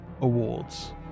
Awards